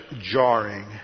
jarring